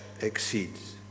exceeds